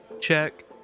check